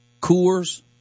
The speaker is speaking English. Coors